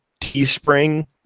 Teespring